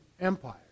Empire